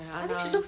ya ya